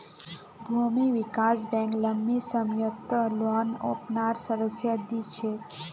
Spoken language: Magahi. भूमि विकास बैंक लम्बी सम्ययोत लोन अपनार सदस्यक दी छेक